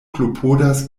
klopodas